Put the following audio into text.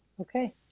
Okay